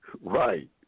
Right